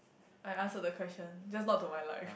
I answer the question just not to my life